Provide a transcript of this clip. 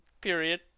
Period